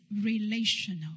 relational